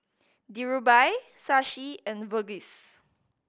Dhirubhai Shashi and Verghese